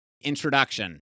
Introduction